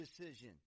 decision